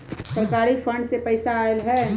सरकारी फंड से पईसा आयल ह?